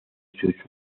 sus